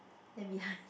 and behind